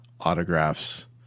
autographs